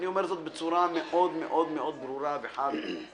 אני אומר את זה בצורה מאוד מאוד ברורה וחד-משמעית.